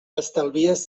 estalvies